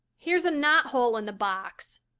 here's a knot hole in the box,